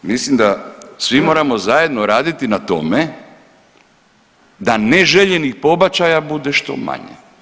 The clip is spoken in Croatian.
Mislim da svi moramo zajedno raditi na tome da neželjenih pobačaja bude što manje.